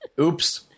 oops